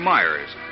Myers